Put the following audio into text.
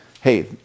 Hey